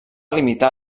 limitar